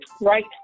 Right